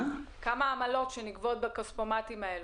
--- ומה העמלות שנגבות בכספומטים האלה?